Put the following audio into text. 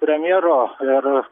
premjero ir